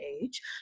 age